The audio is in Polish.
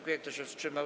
Kto się wstrzymał?